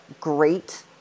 great